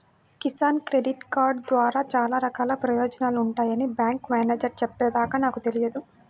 Kisan credit card ద్వారా చాలా రకాల ప్రయోజనాలు ఉంటాయని బ్యాంకు మేనేజేరు చెప్పే దాకా నాకు తెలియదు